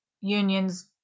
unions